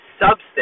substance